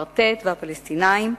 הקוורטט והפלסטינים,